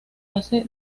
hace